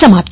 समाप्त